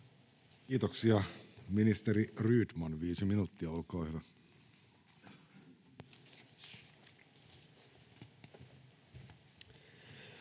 Kiitoksia. — Ministeri Rydman, viisi minuuttia, olkaa hyvä. [Speech